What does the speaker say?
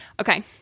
Okay